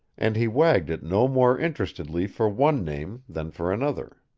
and he wagged it no more interestedly for one name than for another.